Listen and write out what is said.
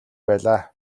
байлаа